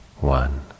one